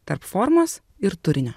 tarp formos ir turinio